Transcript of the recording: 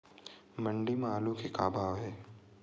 मंडी म आलू के का भाव हे?